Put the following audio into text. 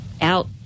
out